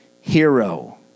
hero